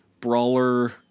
brawler